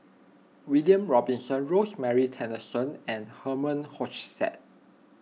William Robinson Rosemary Tessensohn and Herman Hochstadt